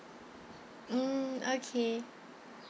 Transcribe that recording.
mm okay